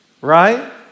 right